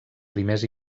primers